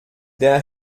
der